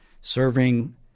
serving